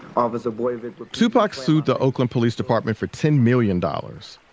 officer boyovich. tupac sued the oakland police department for ten million dollars,